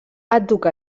àdhuc